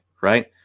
right